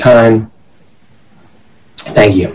time thank you